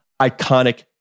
iconic